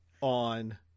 on